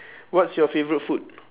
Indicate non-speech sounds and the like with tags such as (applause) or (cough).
(breath) what's your favourite food